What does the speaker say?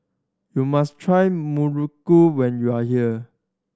you must try muruku when you are here